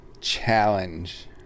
challenge